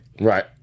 Right